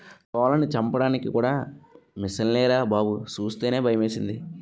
కోళ్లను చంపడానికి కూడా మిసన్లేరా బాబూ సూస్తేనే భయమేసింది